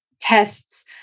tests